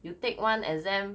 you take one exam